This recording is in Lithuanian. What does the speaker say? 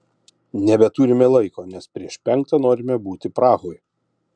nebeturime laiko nes prieš penktą norime būti prahoj